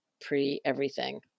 pre-everything